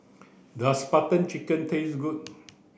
does Butter Chicken taste good